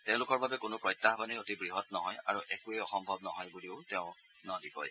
তেওঁলোকৰ বাবে কোনো প্ৰত্যাহ্বানেই অতি বৃহৎ নহয় আৰু একোৱেই অসম্ভৱ নহয় বুলিও তেওঁ ন দি কয়